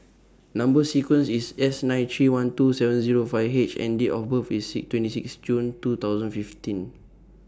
Number sequence IS S nine three one two seven Zero five H and Date of birth IS six twenty six June two thousand fifteen